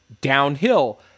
downhill